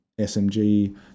smg